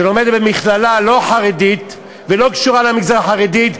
שלומדת במכללה לא חרדית ושלא קשורה למגזר החרדי,